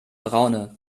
braune